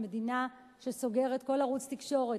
מדינה שסוגרת כל ערוץ תקשורת.